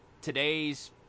today's